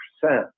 percent